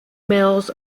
males